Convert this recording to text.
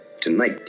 Tonight